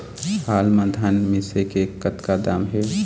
हाल मा धान मिसे के कतका दाम हे?